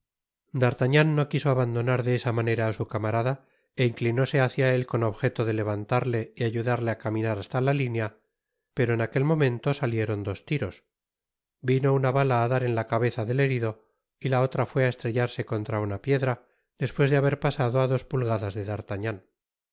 campamento d'artagnan no quiso abandonar de esa manera á su camarada é inctinóse hácia él con objeto de levantarle y ayudarle á caminar hasta la linea pero en aquel momento salieron dos tiros vino una bala á dar en la cabeza del herido y la otra fué á estrellarse contra una piedra despues de haber pasado á dos pulgadas de d'artagnan